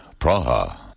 Praha